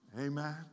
Amen